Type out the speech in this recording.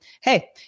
Hey